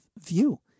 view